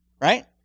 Right